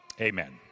Amen